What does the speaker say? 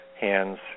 hands